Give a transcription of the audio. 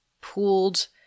pooled